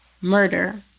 murder